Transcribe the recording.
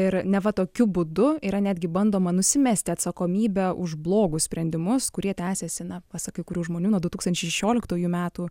ir neva tokiu būdu yra netgi bandoma nusimesti atsakomybę už blogus sprendimus kurie tęsiasi na pasak kai kurių žmonių nuo du tūkstančiai šešioliktųjų metų